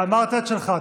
אמרת את שלך.